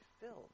filled